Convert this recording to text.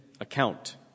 account